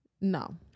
No